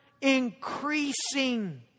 Increasing